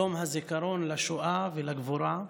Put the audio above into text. יום הזיכרון לשואה ולגבורה,